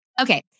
Okay